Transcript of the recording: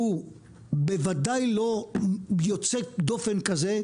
הוא בוודאי לא יוצא דופן כזה,